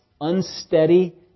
unsteady